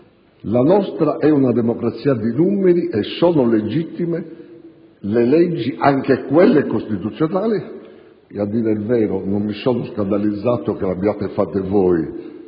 La nostra è una democrazia di numeri e sono legittime le leggi, anche quelle costituzionali - a dire il vero non mi sono scandalizzato che le abbiate fatte voi,